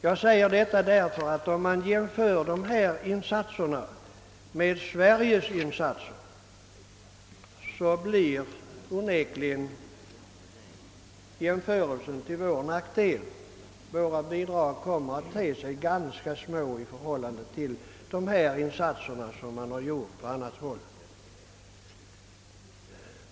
Jag säger detta därför att om man jämför dessa insatser med Sveriges insatser, så utfaller jämförelsen onekligen till vår nackdel; våra bidrag ter sig ganska små i förhållande till de insatser man har gjort på andra håll.